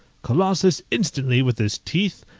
colossus instantly, with his teeth,